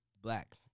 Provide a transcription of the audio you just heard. black